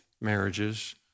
marriages